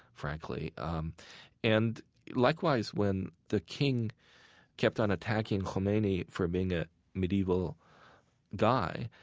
frankly um and likewise when the king kept on attacking khomeini for being a medieval guy,